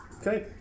Okay